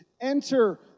enter